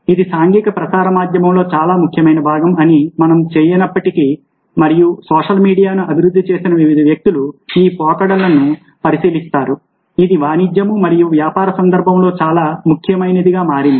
ఇది సాంఘిక ప్రసార మాధ్యమంలో చాలా ముఖ్యమైన భాగం అని మనం చేయనప్పటికీ మరియు సోషల్ మీడియాను అభివృద్ధి చేసిన వివిధ వ్యక్తులు ఈ పోకడలను పరిశీలిస్తారు ఇది వాణిజ్యం మరియు వ్యాపార సందర్భంలో చాలా చాలా ముఖ్యమైనదిగా మారింది